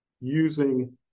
using